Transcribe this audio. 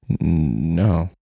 No